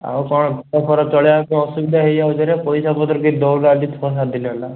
ଆଉ କ'ଣ ଘର ଫର ଚଳାଇବା ପାଇଁ ଅସୁବିଧା ହେଇଯାଉଛିରେ ପଇସାପତ୍ର କିଛି ଦେଉନାହାନ୍ତି ଛଅ ସାତ ଦିନ ହେଲା